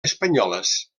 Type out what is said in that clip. espanyoles